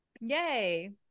Yay